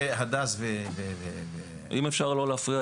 אם אפשר לא להפריע לי.